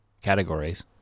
categories